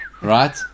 right